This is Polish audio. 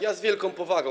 Ja z wielką powagą.